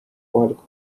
kohaliku